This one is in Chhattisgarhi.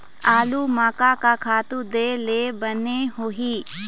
आलू म का का खातू दे ले बने होही?